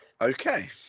Okay